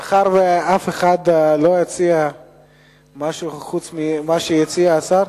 מאחר שאף אחד לא הציע משהו, חוץ ממה שהציע השר,